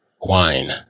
Wine